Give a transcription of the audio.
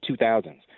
2000s